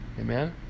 Amen